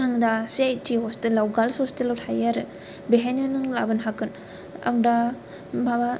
आं दा C I T हस्टेलाव गार्लस हस्टेलाव थायो आरो बेहायनो नों लाबोनोहागोन आं दा माबा